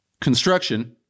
construction